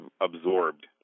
absorbed